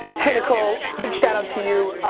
hey nicole, big shout out to you.